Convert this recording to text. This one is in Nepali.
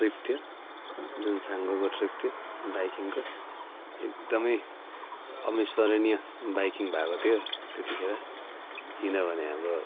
ट्रिप थियो जुन छाङ्गुको ट्रिप थियो बाइकिङको एकदमै अविस्मरणीय बाइकिङ भएको थियो त्यतिखेर किनभने हाम्रो